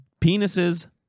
penises